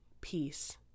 peace